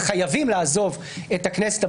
הם חייבים לעזוב את הכנסת,